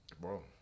bro